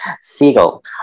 Seagull